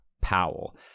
Powell